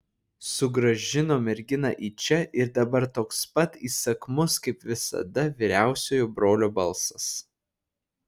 sugrąžino merginą į čia ir dabar toks pat įsakmus kaip visada vyriausiojo brolio balsas